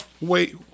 wait